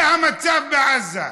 זה המצב בעזה,